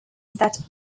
that